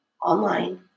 online